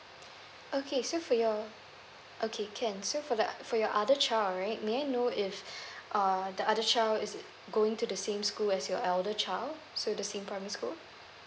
okay so for your okay can so for the for your other child right may I know if uh the other child is it going to the same school as your elder child so the same primary school